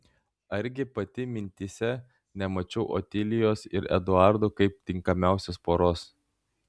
argi pati mintyse nemačiau otilijos ir eduardo kaip tinkamiausios poros